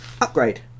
upgrade